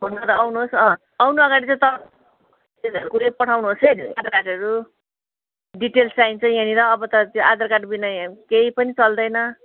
phone गरेर आउनुहोस् अँ आउनु अघाडि चाहिँ पठाउनु होस् है आधारकार्डहरू डिटेल्स चाहिन्छ यहाँनिर अब त आधारकार्ड बिना यहाँ कही पनि चल्दैन